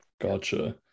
gotcha